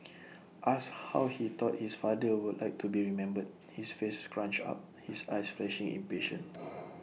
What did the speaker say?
asked how he thought his father would like to be remembered his face scrunched up his eyes flashing impatient